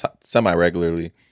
semi-regularly